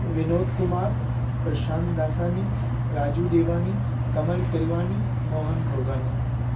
Vinod Kumar Prashant Dasani Raju Devani Kamal Tilwani Mohan Rogani